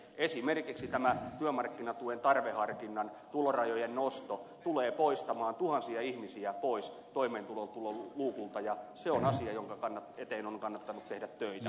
esimerkiksi tämä työmarkkinatuen tarveharkinnan tulorajojen nosto tulee poistamaan tuhansia ihmisiä toimeentuloluukulta ja se on asia jonka eteen on kannattanut tehdä töitä